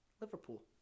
Liverpool